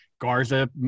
Garza